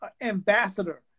ambassador